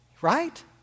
Right